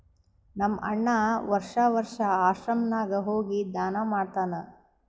ನಮ್ ಅಣ್ಣಾ ವರ್ಷಾ ವರ್ಷಾ ಆಶ್ರಮ ನಾಗ್ ಹೋಗಿ ದಾನಾ ಮಾಡ್ತಾನ್